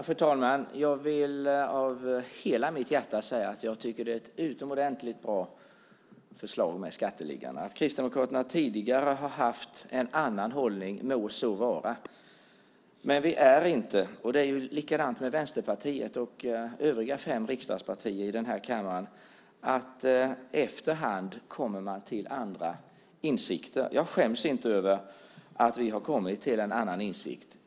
Fru talman! Av hela mitt hjärta vill jag säga att förslaget om skatteliggare är ett utomordentligt bra förslag. Det må vara att Kristdemokraterna tidigare haft en annan hållning. Det är likadant med Vänsterpartiet och övriga fem riksdagspartier i denna kammare - efter hand kommer man till en annan insikt. Jag skäms inte över att vi har kommit till en annan insikt.